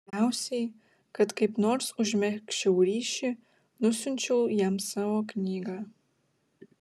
galiausiai kad kaip nors užmegzčiau ryšį nusiunčiau jam savo knygą